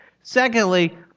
Secondly